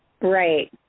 Right